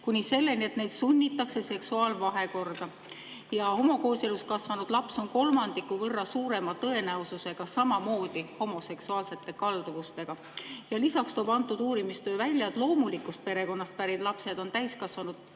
kuni selleni, et neid sunnitakse seksuaalvahekorda. Ja homokooselus kasvanud laps on kolmandiku võrra suurema tõenäosusega samamoodi homoseksuaalsete kalduvustega. Lisaks toob see uurimistöö välja, et loomulikust perekonnast pärit lapsed on täiskasvanuks